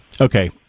Okay